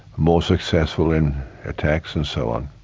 more successful in attacks and so on,